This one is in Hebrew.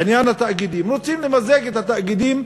עניין התאגידים: רוצים למזג את התאגידים,